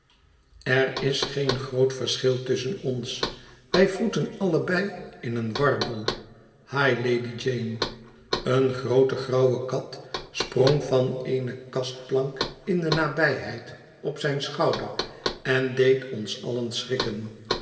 er is geen het verlaten huis groot verschil tusschen ons wij wroeten allebei in een warboel hi lady jane eene groote grauwe kat sprong van eene kastplank in de nabijheid op zijn schouder en deed ons allen schrikken